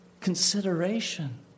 consideration